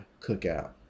cookout